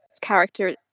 character